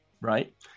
right